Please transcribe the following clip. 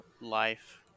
life